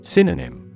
Synonym